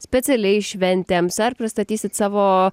specialiai šventėms ar pristatysit savo